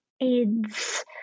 AIDS